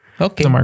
Okay